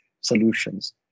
solutions